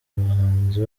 abahanzi